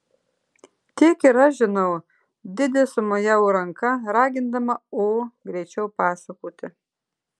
tiek ir aš žinau didi sumojavo ranka ragindama o greičiau pasakoti